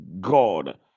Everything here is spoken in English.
god